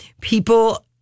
people